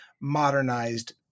modernized